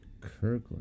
Kirkland